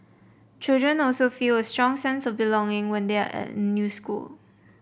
children also feel a strong sense of belonging when they are in a new school